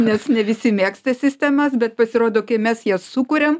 nes ne visi mėgsta sistemas bet pasirodo kai mes jas sukuriam